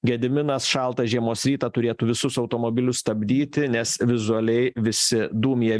gediminas šaltą žiemos rytą turėtų visus automobilius stabdyti nes vizualiai visi dūmija